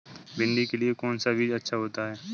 भिंडी के लिए कौन सा बीज अच्छा होता है?